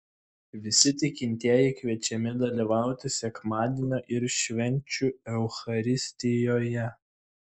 visi tikintieji kviečiami dalyvauti sekmadienio ir švenčių eucharistijoje